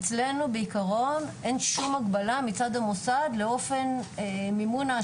מאצלנו בעקרון אין שום הגבלה מצד המוסד לאופן מימון,